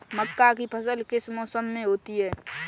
मक्का की फसल किस मौसम में होती है?